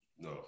No